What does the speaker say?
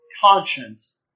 conscience